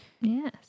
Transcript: Yes